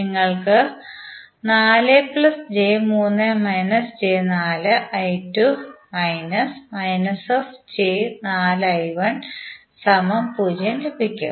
നിങ്ങൾ 4j3−j4I2 −−j4I1 0 ലഭിക്കും